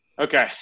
Okay